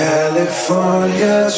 California